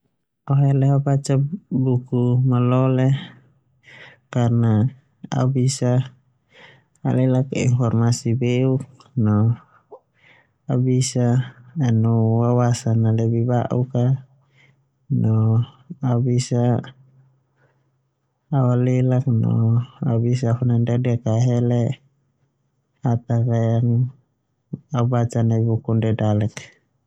Au hele baca buku malole karna au bisa alelak informasi beuk no au abisa wawsa lebih ba'ukk no au bisa alelak no au bisa afandedelek hatak nai baca nai buku ndia dalek.